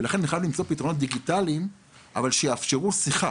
צריך למצוא פתרונות דיגיטליים שיאפשרו שיחה